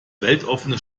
weltoffene